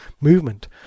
movement